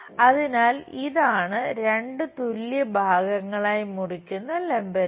അതിനാൽ ഇതാണ് രണ്ട് തുല്യ ഭാഗങ്ങളായി മുറിക്കുന്ന ലംബരേഖ